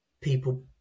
people